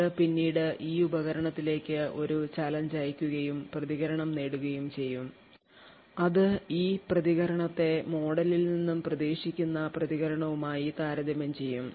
അത് പിന്നീട് ഈ ഉപകരണത്തിലേക്ക് ഒരു ചാലഞ്ച് അയയ്ക്കുകയും പ്രതികരണം നേടുകയും ചെയ്യും അത് ഈ പ്രതികരണത്തെ മോഡലിൽ നിന്ന് പ്രതീക്ഷിക്കുന്ന പ്രതികരണവുമായി താരതമ്യം ചെയ്യും